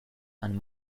and